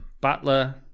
Butler